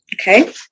Okay